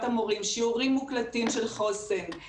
המורים שיעורים מוקלטים של חוסן,